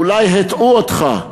אולי הטעו אותך.